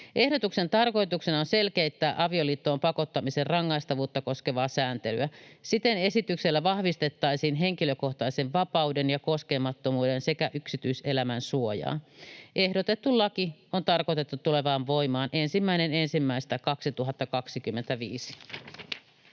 Ehdotuksen tarkoituksena on selkeyttää avioliittoon pakottamisen rangaistavuutta koskevaa sääntelyä. Siten esityksellä vahvistettaisiin henkilökohtaisen vapauden ja koskemattomuuden sekä yksityiselämän suojaa. Ehdotettu laki on tarkoitettu tulemaan voimaan 1.1.2025.